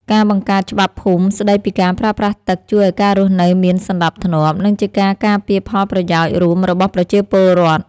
ការបង្កើតច្បាប់ភូមិស្តីពីការប្រើប្រាស់ទឹកជួយឱ្យការរស់នៅមានសណ្តាប់ធ្នាប់ និងជាការការពារផលប្រយោជន៍រួមរបស់ប្រជាពលរដ្ឋ។